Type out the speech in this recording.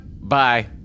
Bye